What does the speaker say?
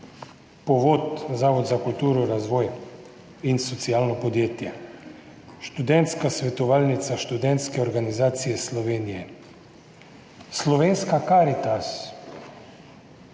Povod, zavod za kulturo, razvoj in socialno podjetje, Študentska svetovalnica Študentske organizacije Slovenije, Slovenska karitas,